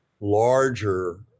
larger